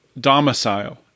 domicile